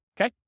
okay